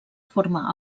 forma